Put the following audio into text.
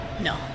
No